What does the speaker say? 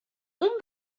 اون